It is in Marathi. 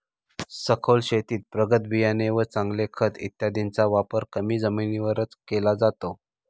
सखोल शेतीत प्रगत बियाणे व चांगले खत इत्यादींचा वापर कमी जमिनीवरच केला जातो